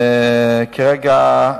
כרגע,